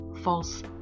false